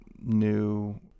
new